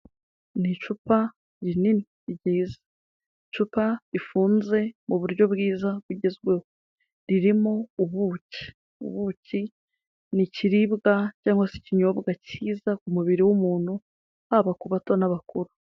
Ni icupa rinini ryiza, icupa rifunze mu buryo bwiza bugezweho. Ririmo ubuki, ubuki ni ikiribwa cyangwa se ikinyobwa cyiza ku mubiri w'umuntu haba ku bato n'abakuru.